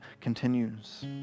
continues